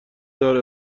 دار